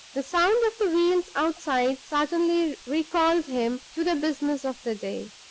the sound of the wheels outside suddenly recalled him to the business of the day.